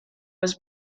was